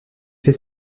fait